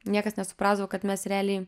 niekas nesuprasdavo kad mes realiai